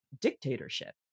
dictatorship